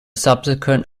subsequent